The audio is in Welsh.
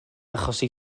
achosi